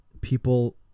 people